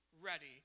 ready